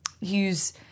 Use